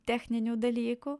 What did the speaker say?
techninių dalykų